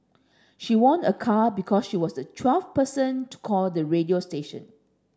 she won a car because she was the twelfth person to call the radio station